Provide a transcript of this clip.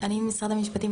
אני ממשרד המשפטים.